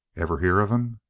ever hear of him?